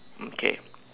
okay